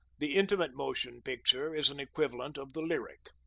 the intimate motion picture is an equivalent of the lyric.